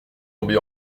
tombé